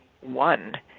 one